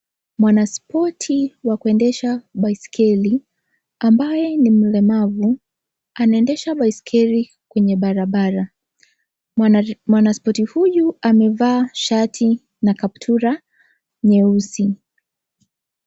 Mwanaspoti wa kuiendesha baiskeli ambaye ni mlemavu, anaendesha baiskeli kwenye barabara, mwanaspoti huyu amevaa shati na kaptura nyeusi.